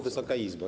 Wysoka Izbo!